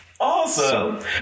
Awesome